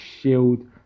Shield